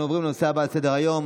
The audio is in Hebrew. אנחנו עוברים לנושא הבא על סדר-היום,